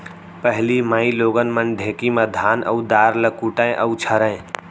पहिली माइलोगन मन ढेंकी म धान अउ दार ल कूटय अउ छरयँ